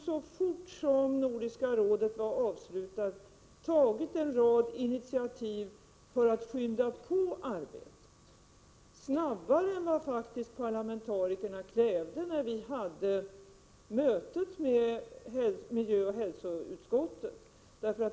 Så fort som Nordiska rådets möte hade avslutats tog jag en rad initiativ för att skynda på arbetet — mer än vad parlamentarikerna krävde när vi hade möte i socialoch miljöutskottet.